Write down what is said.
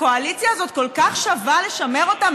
הקואליציה הזאת כל כך שווה לשמר אותה?